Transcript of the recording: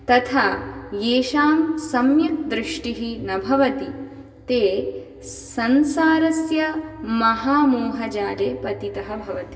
तथा येषां सम्यक् दृष्टिः न भवति ते संसारस्य महामोहजाले पतितः भवति